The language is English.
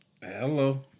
Hello